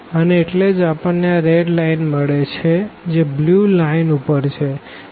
અને એટલે જ આપણને આ રેડ લાઈન મળે છે જે બ્લુ લાઈન ઉપર છે